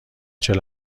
چهل